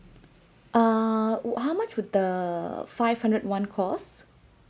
uh how much would the five hundred [one] cost